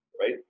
right